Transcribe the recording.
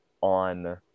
on